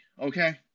okay